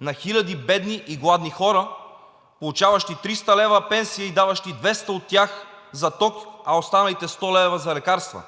на хиляди бедни и гладни хора, получаващи 300 лв. пенсия и даващи 200 от тях за ток, а останалите 100 лв. за лекарства.